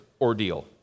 ordeal